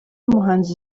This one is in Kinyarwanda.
muhanzi